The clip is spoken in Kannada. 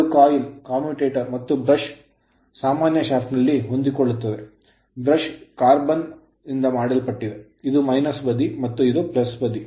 ಇದು coil ಕಾಯಿಲ್ commutator ಕಮ್ಯೂಟರೇಟರ್ ಮತ್ತು brush ಬ್ರಷ್ ಸಾಮಾನ್ಯ shaft ಶಾಫ್ಟ್ ನಲ್ಲಿ ಹೊಂದಿಕೊಳ್ಳುತ್ತದೆ brush ಬ್ರಷ್ carbon ಇಂಗಾಲದಿಂದ ಮಾಡಲ್ಪಟ್ಟಿದೆ ಇದು ಬದಿ ಮತ್ತು ಇದು ಬದಿ